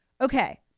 Okay